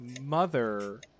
mother